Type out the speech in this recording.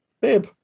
Babe